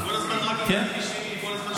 כל הזמן רק עניינים אישיים, כל הזמן --- כן.